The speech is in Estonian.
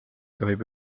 tohib